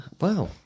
Wow